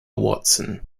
watson